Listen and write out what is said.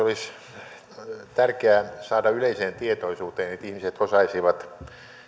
olisi tärkeä saada yleiseen tietoisuuteen että ihmiset osaisivat